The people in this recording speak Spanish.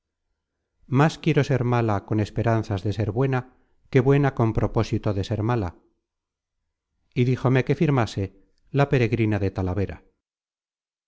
más quiero ser mala con esperanzas de ser buena que buena con propósito de ser mala y díjome que firmase la pere grina de talavera